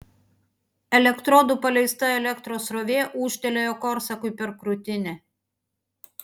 elektrodų paleista elektros srovė ūžtelėjo korsakui per krūtinę